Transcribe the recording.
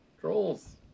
Trolls